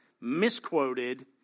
misquoted